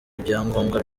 ibyangombwa